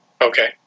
Okay